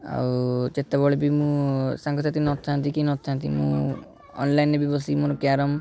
ଆଉ ଯେତେବେଳେ ବି ମୁଁ ସାଙ୍ଗସାଥି ନଥାନ୍ତି କି ନଥାନ୍ତି ମୁଁ ଅନଲାଇନ୍ରେ ବି ବସିକି ମୋର କ୍ୟାରମ୍